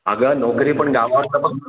अगं नोकरी पण गावाला बघ ना